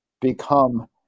become